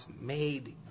made